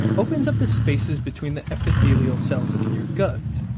opens up the spaces between the epithelial cells in your gut.